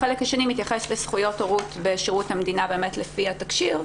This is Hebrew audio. החלק השני מתייחס לזכויות הורות בשירות המדינה לפי התקשי"ר.